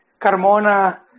Carmona